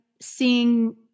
seeing